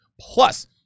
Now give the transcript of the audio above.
plus